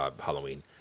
Halloween